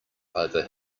over